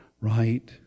right